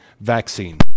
vaccine